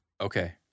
Okay